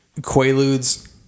Quaaludes